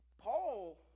Paul